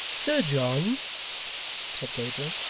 sir john said gabriel,